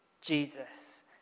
Jesus